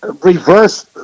reverse